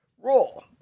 roll